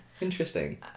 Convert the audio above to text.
interesting